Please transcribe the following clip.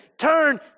Turn